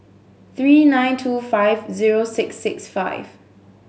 three nine two five zero six six five